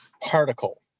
particle